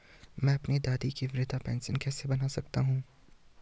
मैं अपनी दादी की वृद्ध पेंशन कैसे बनवा सकता हूँ?